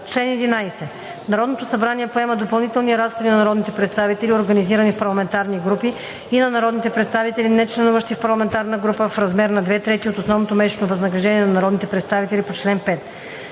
Чл. 11. Народното събрание поема допълнителни разходи на народните представители, организирани в парламентарни групи, и на народните представители, нечленуващи в парламентарна група, в размер на две трети от основното месечно възнаграждение на народните представители по чл. 5.